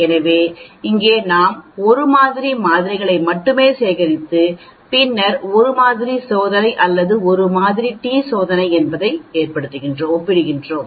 எனவே இங்கே நாம் 1 மாதிரி மாதிரிகளை மட்டுமே சேகரித்து பின்னர் ஒரு மாதிரி சோதனை அல்லது ஒரு மாதிரி டி சோதனை மூலம் மக்கள்தொகையுடன் ஒப்பிடுகிறோம்